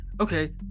okay